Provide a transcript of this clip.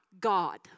God